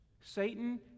Satan